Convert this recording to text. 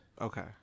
Okay